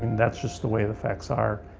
that's just the way the facts are.